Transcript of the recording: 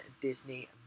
Disney